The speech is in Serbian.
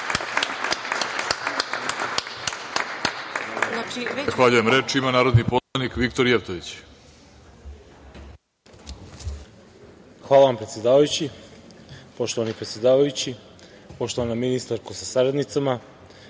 Hvala vam, predsedavajući. Poštovani predsedavajući, poštovana ministarko sa saradnicima,